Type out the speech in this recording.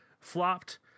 flopped